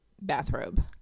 bathrobe